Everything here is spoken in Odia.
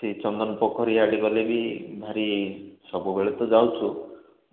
ସେ ଚନ୍ଦନ ପୋଖରୀ ଆଡ଼େ ଗଲେ ବି ଭାରି ସବୁବେଳେ ତ ଯାଉଛୁ